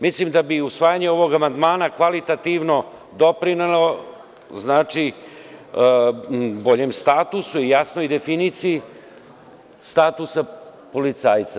Mislim da bi usvajanje ovog amandmana kvalitativno doprinelo boljem statusu i jasnoj definiciji statusa policajca.